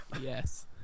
yes